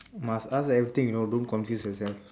must ask everything you know don't confuse yourself